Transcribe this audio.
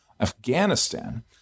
Afghanistan